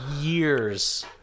years